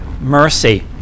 mercy